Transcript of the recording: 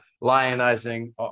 lionizing